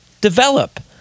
develop